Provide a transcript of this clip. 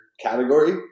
category